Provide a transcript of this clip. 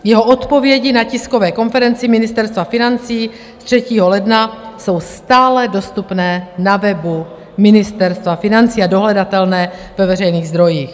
Jeho odpovědi na tiskové konferenci Ministerstva financí 3. ledna jsou stále dostupné na webu Ministerstva financí a dohledatelné ve veřejných zdrojích.